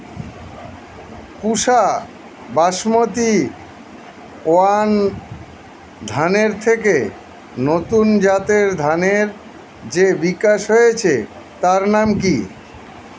পুসা basmati one ধানের থেকে নতুন জাতের ধানের যে বিকাশ হয়েছে তার নাম কি?